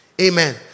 Amen